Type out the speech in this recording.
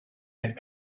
had